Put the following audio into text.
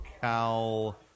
Cal